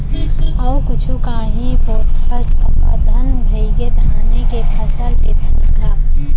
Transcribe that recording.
अउ कुछु कांही बोथस कका धन भइगे धाने के फसल लेथस गा?